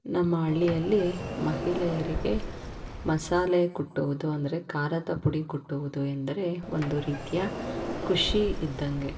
ನಮ್ಮ ಹಳ್ಳಿಯಲ್ಲಿ ಮಹಿಳೆಯರಿಗೆ ಮಸಾಲೆ ಕುಟ್ಟೋದು ಅಂದರೆ ಖಾರದ ಪುಡಿ ಕುಟ್ಟೋದು ಎಂದರೆ ಒಂದು ರೀತಿಯ ಖುಷಿ ಇದ್ದಾಗೆ